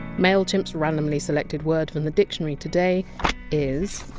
mailchimp! s randomly selected word from the dictionary today is!